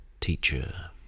teacher